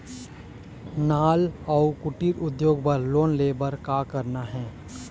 नान अउ कुटीर उद्योग बर लोन ले बर का करना हे?